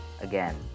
again